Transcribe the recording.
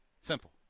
Simple